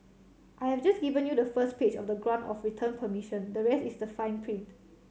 I have just given you the first page of the grant of return permission the rest is the fine print